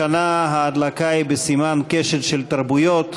השנה ההדלקה היא בסימן "קשת של תרבויות",